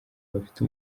bafite